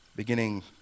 Beginning